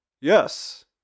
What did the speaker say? Yes